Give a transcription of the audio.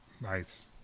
Nice